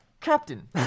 Captain